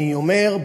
אני אומר,